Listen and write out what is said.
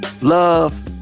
love